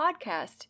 podcast